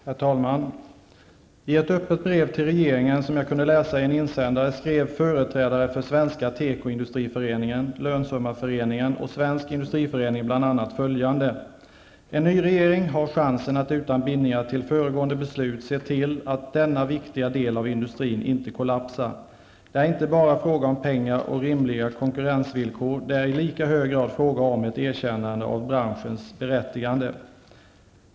Herr talman! I ett öppet brev till regeringen, som jag kunde läsa i en insändare, skrev företrädare för ''En ny regering har chansen att utan bindningar till föregående beslut, se till att denna viktiga del av industrin inte kollapsar. Det är inte bara fråga om pengar och rimliga konkurrensvillkor, det är i lika hög grad fråga om ett erkännande av branschens berättigande.''